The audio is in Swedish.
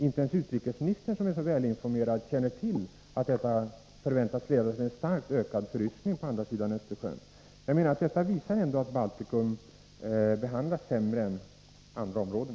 Inte ens utrikesministern känner till att detta hamnbygge förväntas leda till en starkt ökad förryskning på andra sidan Östersjön. Jag menar att detta visar att Baltikum behandlas sämre än andra områden.